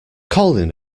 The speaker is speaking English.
colin